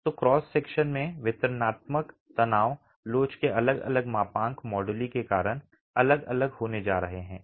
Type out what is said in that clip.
तो cross section में वितरणात्मक तनाव लोच के अलग अलग मापांक moduli के कारण अलग होने जा रहे हैं एक